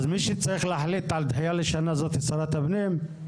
אז מי שצריך להחליט על דחייה לשנה היא שרת הפנים?